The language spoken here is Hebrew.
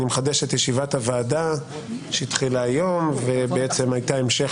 ישיבת הוועדה שהתחילה היום והייתה המשך